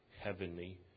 heavenly